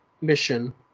mission